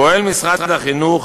פועל משרד החינוך